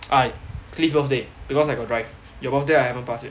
ah cliff birthday because I got drive your birthday I haven't pass yet